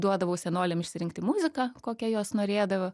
duodavau senoliam išsirinkti muziką kokią jos norėdavo